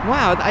Wow